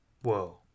Whoa